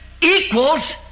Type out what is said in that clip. equals